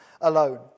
alone